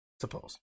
suppose